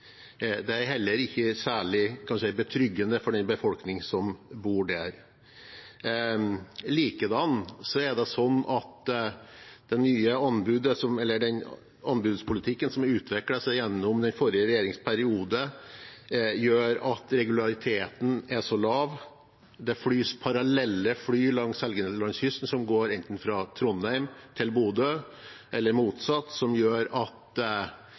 Det er heller ikke særlig betryggende for den befolkningen som bor der. Likedan: Den nye anbudspolitikken, som ble utviklet gjennom den forrige regjeringens periode, gjør at regulariteten er lav. Det flys parallelle fly langs Helgelandskysten som går enten fra Trondheim til Bodø eller motsatt, som gjør at